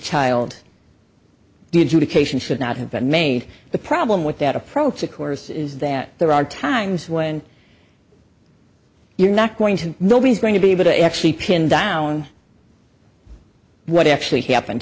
today cation should not have been made the problem with that approach of course is that there are times when you're not going to nobody's going to be able to actually pin down what actually happened